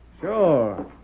Sure